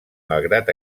malgrat